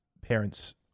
parents